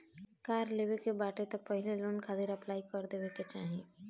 कार लेवे के बाटे तअ पहिले लोन खातिर अप्लाई कर देवे के चाही